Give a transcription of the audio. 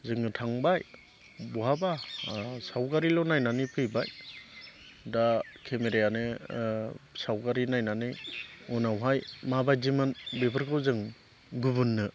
जोङो थांबाय बहाबा सावगारिल' नायनानै फैबाय दा केमेरायानो सावगारि नायनानै उनावहाय माबायदिमोन बेफोरखौ जों गुबुननो